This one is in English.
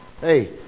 Hey